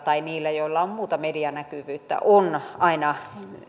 tai niillä joilla on muuta medianäkyvyyttä on aina